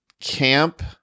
camp